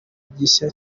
gishya